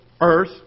earth